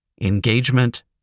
engagement